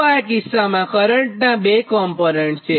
તો આ કિસ્સામાં કરંટના બે કોમ્પોનન્ટ છે